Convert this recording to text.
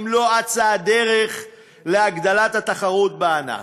לא אצה הדרך להגדיל את התחרות בענף,